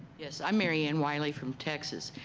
yes, i'm mary ann wiley from texas.